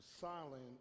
silent